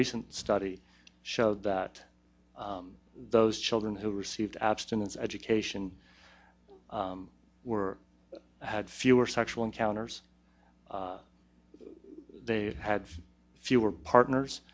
recent study showed that those children who received abstinence education were had fewer sexual encounters they had fewer partners